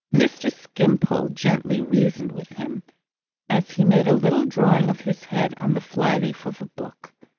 mr. skimpole gently reasoned with him as he made a little drawing of his head on the fly-leaf of a book.